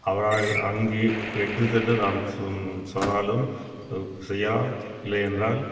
அவராக அங்கே நாம் சொன் சொன்னாலும் செய்யலாம் இல்லையென்றால்